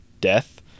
death